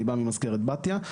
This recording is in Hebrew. אני בא ממזכרת בתיה,